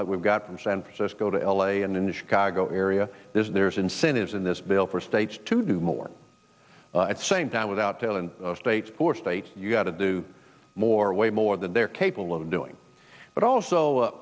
like we've got from san francisco to l a and in the chicago area there's incentives in this bill for states to do more same down without telling states for states you've got to do more way more than they're capable of doing but also